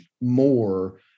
more